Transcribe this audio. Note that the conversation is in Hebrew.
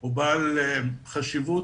הוא בעל חשיבות